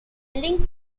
likened